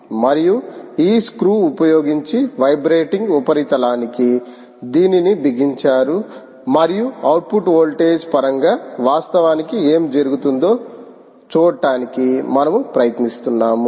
మరియు ఈ స్క్రూని ఉపయోగించి వైబ్రేటింగ్ ఉపరితలానికి దీనిని బిగించారు మరియు అవుట్పుట్ వోల్టేజ్ పరంగా వాస్తవానికి ఏమి జరుగుతుందో చూడటానికి మనము ప్రయత్నిస్తున్నాము